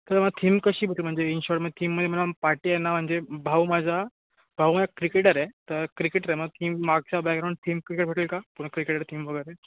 तर मला थीम कशी भेटेल म्हणजे इनशॉट म्हणजे थीम म्हणजे मला पार्टी आहे ना म्हणजे भाऊ माझा भाऊ हा क्रिकेटर आहे तर क्रिकेटर मग थीम मागचा बॅग्राउंड थीम क्रिकेट भेटेल का पूर्ण क्रिकेटचं थीम वगैरे